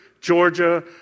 Georgia